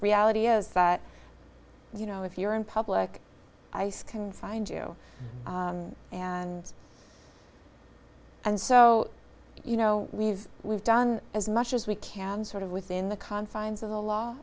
reality is that you know if you're in public ice can find you and and so you know we've we've done as much as we can sort of within the confines of the law